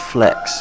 Flex